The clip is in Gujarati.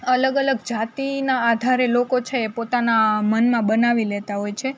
અલગ અલગ જાતિના આધારે લોકો છે એ પોતાના મનમાં બનાવી લેતાં હોય છે